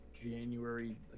January